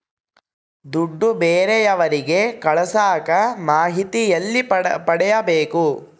ದುಡ್ಡು ಬೇರೆಯವರಿಗೆ ಕಳಸಾಕ ಮಾಹಿತಿ ಎಲ್ಲಿ ಪಡೆಯಬೇಕು?